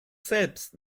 selbst